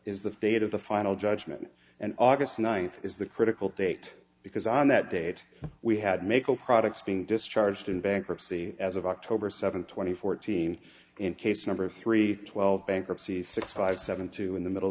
is the date of the final judgment and august ninth is the critical date because on that date we had make products being discharged in bankruptcy as of october seventh two thousand and fourteen in case number three twelve bankruptcy six five seven two in the middle